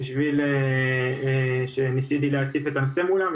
ואני ניסיתי להציף את הנושא הזה מולם,